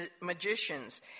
magicians